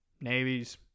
navies